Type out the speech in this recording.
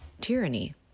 Tyranny